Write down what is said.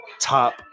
top